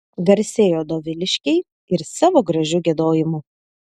garsėjo doviliškiai ir savo gražiu giedojimu